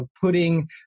putting